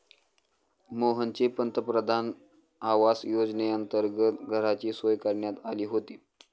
मोहनची पंतप्रधान आवास योजनेअंतर्गत घराची सोय करण्यात आली होती